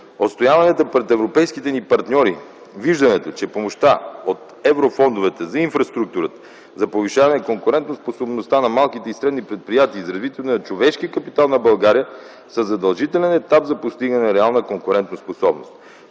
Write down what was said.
Отстояваме пред европейските ни партньори виждането, че помощта от еврофондовете за инфраструктурата, за повишаване на конкурентноспособността на малките и средни предприятия и за развитие на човешкия капитал на България са задължителен етап за постигане на реална конкурентоспособност.